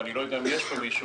ואני לא יודע אם יש פה מישהו,